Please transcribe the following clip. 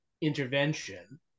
intervention